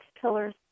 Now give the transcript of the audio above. pillars